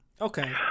Okay